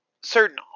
certain